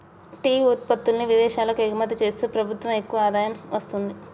tea ఉత్పత్తుల్ని విదేశాలకు ఎగుమతి చేస్తూ ప్రభుత్వం ఎక్కువ ఆదాయం వస్తుంది